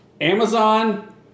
Amazon